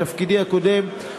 בתפקידי הקודם,